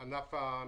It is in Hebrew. הדברים.